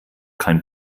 kein